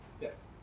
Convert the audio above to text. Yes